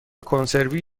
کنسروی